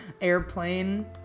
Airplane